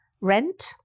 rent